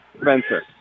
Spencer